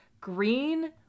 green